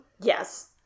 Yes